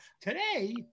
Today